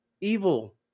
evil